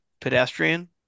pedestrian